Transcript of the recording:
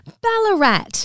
Ballarat